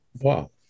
wow